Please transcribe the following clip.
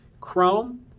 Chrome